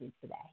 today